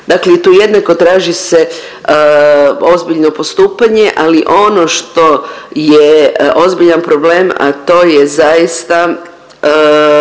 dakle i tu jednako traži se ozbiljno postupanje. Ali ono što je ozbiljan problem, a to je zaista